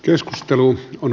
keskusteluun kun